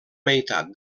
meitat